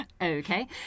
Okay